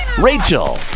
Rachel